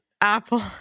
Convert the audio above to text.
apple